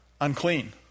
unclean